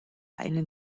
einen